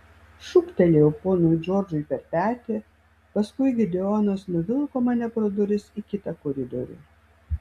šūktelėjau ponui džordžui per petį paskui gideonas nuvilko mane pro duris į kitą koridorių